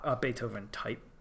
Beethoven-type